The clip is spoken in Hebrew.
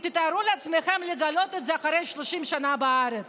תארו לעצמכם לגלות את זה אחרי 30 שנה בארץ,